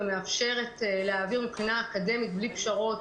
ומאפשרת להעביר מבחינה אקדמית בלי פשרות